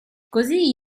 così